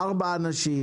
במונית זה לא לפי אנשים.